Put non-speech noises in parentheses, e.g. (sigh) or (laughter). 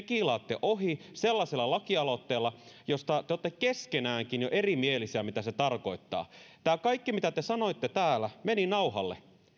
(unintelligible) kiilaatte ohi sellaisella lakialoitteella josta te olette keskenäänkin jo erimielisiä mitä se tarkoittaa tämä kaikki mitä te sanoitte täällä meni nauhalle